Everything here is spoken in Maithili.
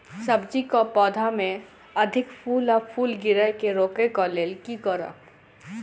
सब्जी कऽ पौधा मे अधिक फूल आ फूल गिरय केँ रोकय कऽ लेल की करब?